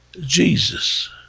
Jesus